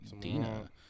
Dina